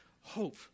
hope